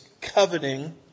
coveting